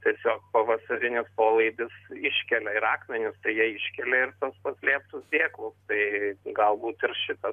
tiesiog pavasarinis polaidis iškelia ir akmenis tai jie iškelia ir paslėptus dėklus tai galbūt ir šitą